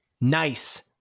Nice